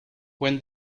when